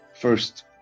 first